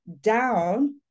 down